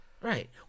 Right